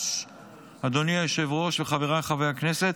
אדוני היושב-ראש וחבריי חברי הכנסת,